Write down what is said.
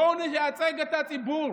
בואו נייצג את הציבור.